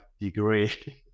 degree